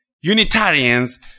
Unitarians